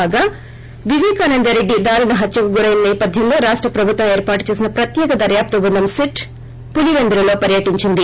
కాగా విపేకానంద రెడ్డి దారుణ హత్వకు గురైన సేపథ్యంలో రాష్ట ప్రభుత్వం ఏర్పాటు చేసిన ప్రత్యేక దర్యాప్తు బృందం సిట్ పులివెందులలో పర్యటించింది